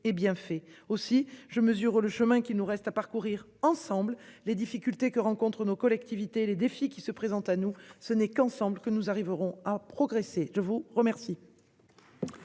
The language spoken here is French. et bien fait aussi je mesure le chemin qu'il nous reste à parcourir ensemble les difficultés que rencontrent nos collectivités. Les défis qui se présentent à nous, ce n'est qu'ensemble que nous arriverons à progresser. Je vous remercie.